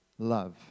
Love